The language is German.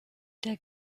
der